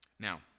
Now